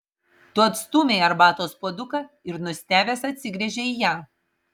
tu atstūmei arbatos puoduką ir nustebęs atsigręžei į ją